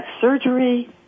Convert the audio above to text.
surgery